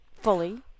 Fully